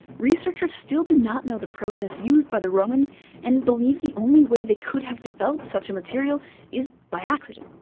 researchers still do not know the process used by the romans and believe the only way they could have developed such material is by accident.